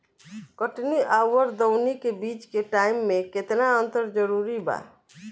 कटनी आउर दऊनी के बीच के टाइम मे केतना अंतर जरूरी बा?